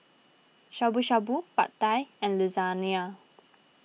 Shabu Shabu Pad Thai and Lasagna